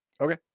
Okay